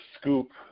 Scoop